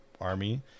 army